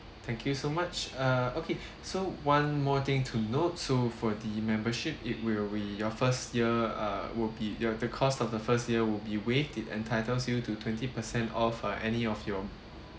thank you so much uh okay so one more thing to note so for the membership it will be your first year uh will be your the cost of the first year will be waived it entitles you to twenty percent off uh any of your